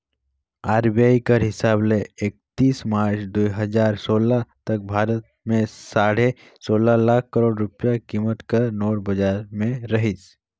RBI कर हिसाब ले एकतीस मार्च दुई हजार सोला तक भारत में साढ़े सोला लाख करोड़ रूपिया कीमत कर नोट बजार में रहिस